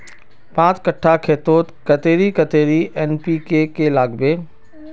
पाँच कट्ठा खेतोत कतेरी कतेरी एन.पी.के के लागबे?